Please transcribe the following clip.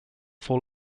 fall